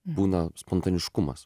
būna spontaniškumas